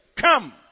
Come